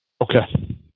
okay